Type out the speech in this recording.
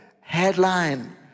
headline